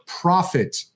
profit